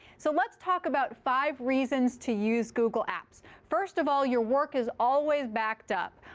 so let's talk about five reasons to use google apps. first of all, your work is always backed up.